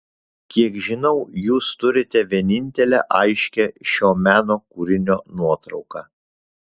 kiek žinau jūs turite vienintelę aiškią šio meno kūrinio nuotrauką